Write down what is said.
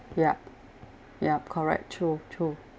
ya ya correct true true